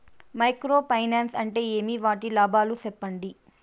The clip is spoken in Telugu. మైక్రో ఫైనాన్స్ అంటే ఏమి? వాటి లాభాలు సెప్పండి?